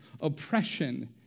oppression